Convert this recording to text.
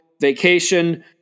vacation